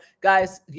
guys